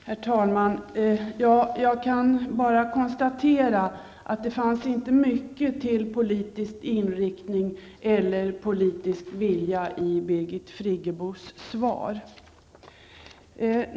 Herr talman! Jag kan bara konstatera att det inte fanns mycket till politisk inriktning eller politisk vilja i Birgit Friggebos svar.